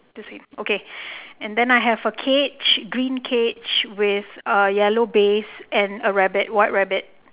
the same okay then I have a cage green cage with a yellow base and a rabbit white rabbit